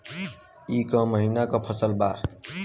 ई क महिना क फसल बा?